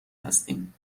هستیم